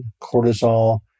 cortisol